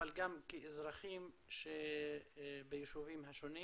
אבל גם כאזרחים שביישובים השונים.